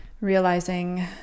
realizing